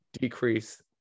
decrease